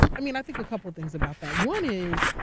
i mean, i think a couple things about that. one is,